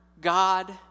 God